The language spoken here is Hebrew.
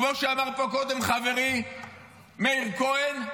כמו שאמר פה קודם חברי מאיר כהן,